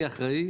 אני אחראי